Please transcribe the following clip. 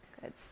Good